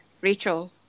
Rachel